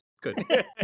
good